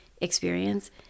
experience